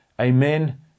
Amen